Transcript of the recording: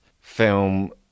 film